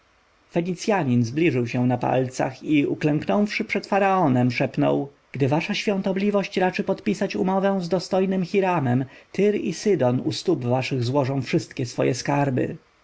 fenicjanin zbliżył się na palcach i uklęknąwszy przed faraonem szepnął gdy wasza świątobliwość raczy podpisać umowę z dostojnym hiramem tyr i sydon u stóp waszych złożą wszystkie swoje skarby